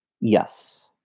Yes